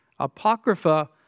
Apocrypha